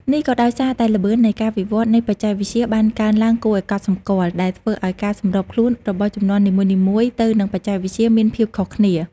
នេះក៏ដោយសារតែល្បឿននៃការវិវត្តនៃបច្ចេកវិទ្យាបានកើនឡើងគួរឱ្យកត់សម្គាល់ ដែលធ្វើឱ្យការសម្របខ្លួនរបស់ជំនាន់នីមួយៗទៅនឹងបច្ចេកវិទ្យាមានភាពខុសគ្នា។